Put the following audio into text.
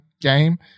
game